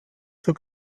zur